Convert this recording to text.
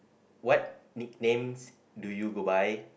what nicknames do you go by